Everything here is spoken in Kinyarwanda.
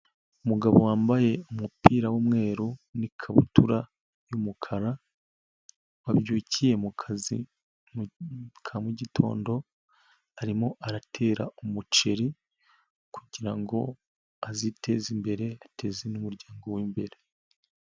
Umugabo wambaye umupira w'umweru n'ikabutura y'umukara, wabyukiye mu kazi ka mugitondo, arimo aratera umuceri kugirango aziteze imbere, ateze n'umuryango we imbere.